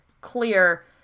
clear